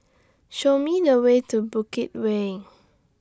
Show Me The Way to Bukit Way